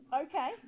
Okay